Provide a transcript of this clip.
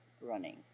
running